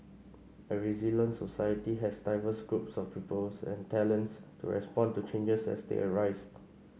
a resilient society has diverse groups of people and talents to respond to changes as they arise